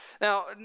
Now